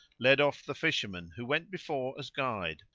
led off the fisherman who went before as guide,